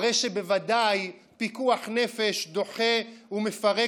הרי שבוודאי פיקוח נפש דוחה ומפרק